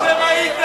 איפה אתם הייתם?